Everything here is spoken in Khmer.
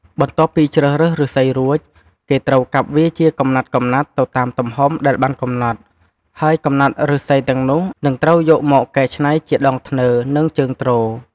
បន្ទាប់ពីជ្រើសរើសឬស្សីរួច គេត្រូវកាប់វាជាកំណាត់ៗទៅតាមទំហំដែលបានកំណត់ ហើយកំណាត់ឬស្សីទាំងនោះ នឹងត្រូវយកមកកែច្នៃជាដងធ្នើរ និងជើងទ្រ។